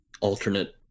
alternate